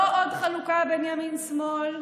לא עוד חלוקה בין ימין לשמאל,